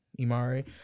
Imari